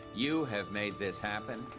you have made this happen,